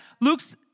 Luke's